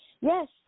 Yes